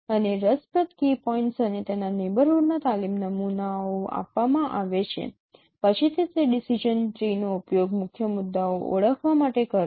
અને રસપ્રદ key points અને તેના નેબરહૂડના તાલીમ નમૂનાઓ આપવામાં આવે છે પછીથી તે ડિસિજન ટ્રી નો ઉપયોગ મુખ્ય મુદ્દાઓ ઓળખવા માટે કરો